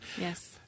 Yes